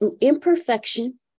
imperfection